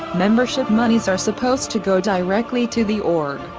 membership monies are supposed to go directly to the org,